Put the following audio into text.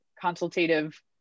consultative